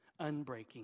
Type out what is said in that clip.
unbreaking